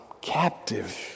captive